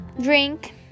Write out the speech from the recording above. drink